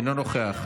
אינו נוכח,